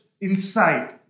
inside